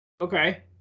Okay